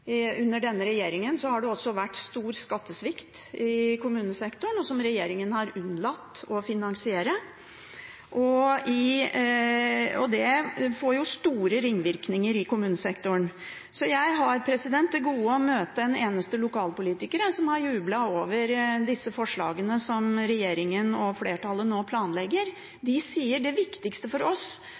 under denne regjeringen. Under denne regjeringen har det også vært stor skattesvikt i kommunesektoren, som regjeringen har unnlatt å finansiere. Det får store ringvirkninger i kommunesektoren. Jeg har til gode å møte en eneste lokalpolitiker som har jublet over disse forslagene og det som regjeringen og flertallet nå planlegger. De sier at det viktigste for